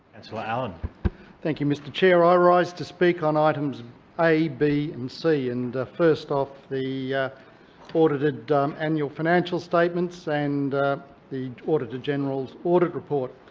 and so allan thank you, mr chair. i rise to speak on items a, b and c. and first off, the audited annual financial statements and the auditor-general's audit report.